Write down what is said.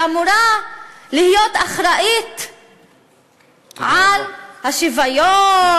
שאמורה להיות אחראית על השוויון,